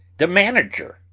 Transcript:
the manager!